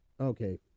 Okay